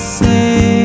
say